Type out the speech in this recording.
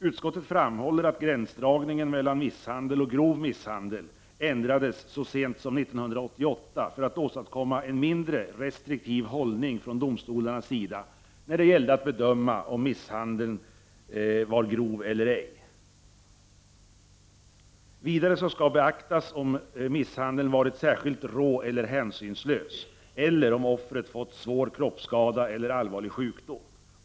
Utskottet framhåller att gränsdragningen mellan misshandel och grov misshandel ändrades så sent som 1988 för att åstadkomma en mindre restriktiv hållning från domstolarnas sida när det gäller att bedöma om en misshandel är grov eller ej. Vidare skall beaktas om misshandeln varit särskilt rå eller hänsynslös, eller om offret fått svår kroppsskada eller allvarlig sjukdom.